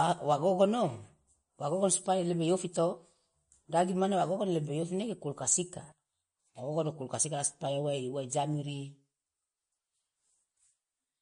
wa gogono wagogono supaya lebi ioafi to daging mane wagogono lebe ioafi nege kulkas ika wa gogono kulkas ika la supaya uwa uwa ijamiri.